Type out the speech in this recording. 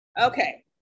Okay